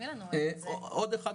אני רק רוצה,